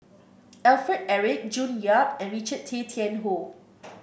Alfred Eric June Yap and Richard Tay Tian Hoe